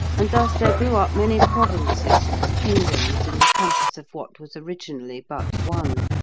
and thus there grew up many provinces and kingdoms in the compass of what was originally but one.